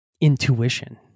intuition